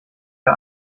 der